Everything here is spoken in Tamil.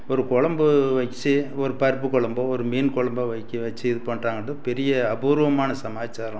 ஒரு குழம்பு வச்சு ஒரு பருப்பு குழம்போ ஒரு மீன் குழம்போ வைக்க வச்சு இது பண்ணுறாங்கன்றது பெரிய அபூர்வமான சமாச்சாரம்